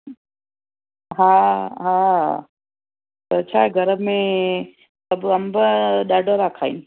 हा हा त छा आहे घर में सभु अंब ॾाढा था खाइनि